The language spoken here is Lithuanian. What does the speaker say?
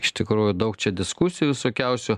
iš tikrųjų daug čia diskusijų visokiausių